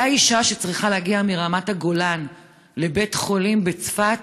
אותה אישה שצריכה להגיע מרמת הגולן לבית חולים בצפת,